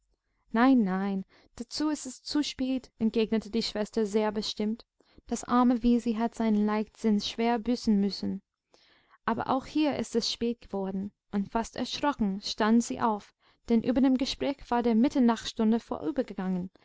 nein nein dazu ist es zu spät entgegnete die schwester sehr bestimmt das arme wisi hat seinen leichtsinn schwer büßen müssen aber auch hier ist es spät geworden und fast erschrocken stand sie auf denn über dem gespräch war die mitternachtsstunde vorübergegangen